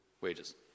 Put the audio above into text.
wages